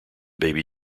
baby